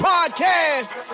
Podcast